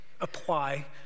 apply